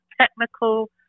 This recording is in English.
technical